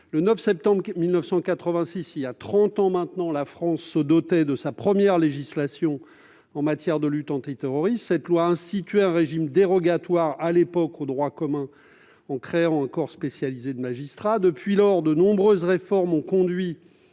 Le 9 septembre 1986, voilà maintenant trente ans, la France se dotait de sa première législation en matière de lutte antiterroriste. À l'époque, cette loi instituait un régime dérogatoire au droit commun, en créant un corps spécialisé de magistrats. Depuis lors, de nombreuses réformes ont conduit